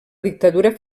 dictadura